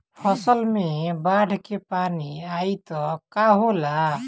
फसल मे बाढ़ के पानी आई त का होला?